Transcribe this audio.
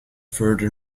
further